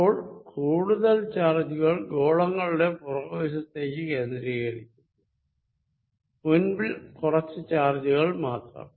അപ്പോൾ കൂടുതൽ ചാർജുകൾ ഗോളങ്ങളുടെ പിറകു വശത്തേക്ക് കേന്ദ്രീകരിക്കുന്നു മുൻപിൽ കുറച്ച് ചാർജുകൾ മാത്രം